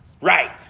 right